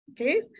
Okay